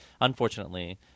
Unfortunately